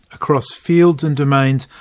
across fields and domains,